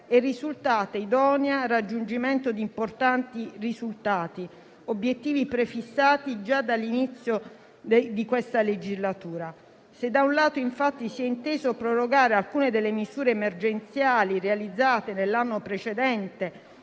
è risultata idonea al raggiungimento di importanti risultati, obiettivi prefissati già dall'inizio della legislatura. Se da un lato infatti si è inteso prorogare alcune delle misure emergenziali realizzate nell'anno precedente